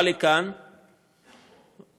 הוא בא לכאן, אגב,